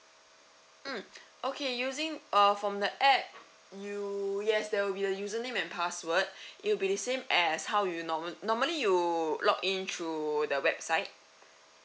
mm okay using uh from the app you yes there will be a username and password it'll be same as how you normal normally you log in through the website